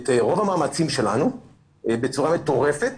את רוב המאמצים שלנו בצורה מטורפת